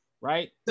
right